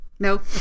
No